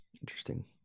Interesting